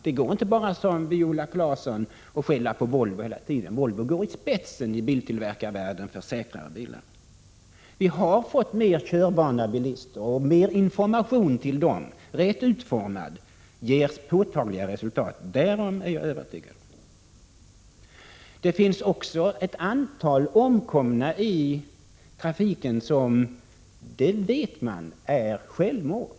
Det går inte att hela tiden, som Viola Claesson gör, bara skälla på Volvo. I biltillverkarvärlden går Volvo i spetsen när det gäller säkrare bilar. Vi har också fått mer körvana bilister. Mer information till dem, rätt utformad, ger påtagliga resultat. Därom är jag övertygad. Det finns dessutom ett antal omkomna i trafiken som — det vet man — hänför sig till självmord.